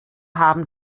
haben